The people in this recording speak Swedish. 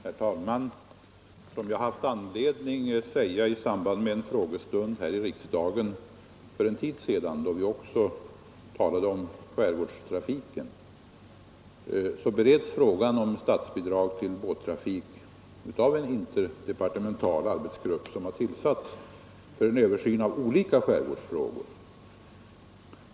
Herr talman! Som jag haft anledning säga i samband med en frågestund här i riksdagen för en tid sedan, då vi också talade om skärgårdstrafiken, bereds frågan om statsbidrag till båttrafik av en interdepartemental arbetsgrupp, som har tillsatts för en översyn av olika skärgårdsfrågor.